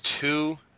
two